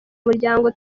muryango